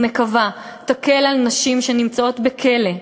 אני מקווה, תקל על נשים שנמצאות בכלא.